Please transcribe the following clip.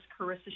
Carissa